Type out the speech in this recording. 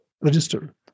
register